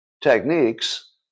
techniques